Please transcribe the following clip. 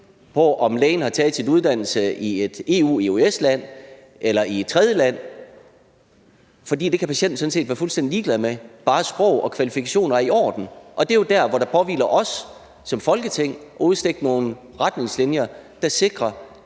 på, om lægen har taget sin uddannelse i et EU-land, et EØS-land eller i et tredjeland, for det kan patienten sådan set være fuldstændig ligeglad med, bare sprog og kvalifikationer er i orden. Og det er jo der, hvor der påhviler os som Folketing at udstikke nogle retningslinjer, der sikrer,